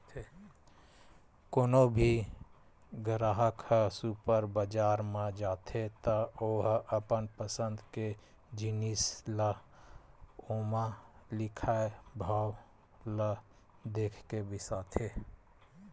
कोनो भी गराहक ह सुपर बजार म जाथे त ओ ह अपन पसंद के जिनिस ल ओमा लिखाए भाव ल देखके बिसाथे